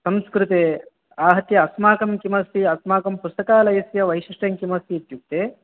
संस्कृते आहत्य अस्मकं किमस्ति अस्माकं पुस्तकालयस्य वैशिष्ठ्यं किमस्ति इत्युक्ते